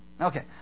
Okay